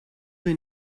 ray